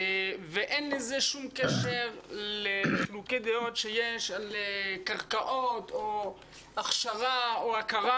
אין לזה שום קשר לחילוקי דעות שיש על קרקעות או הכשרה או הכרה.